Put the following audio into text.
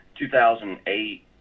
2008